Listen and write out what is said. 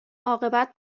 عاقبت